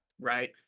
Right